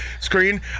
Screen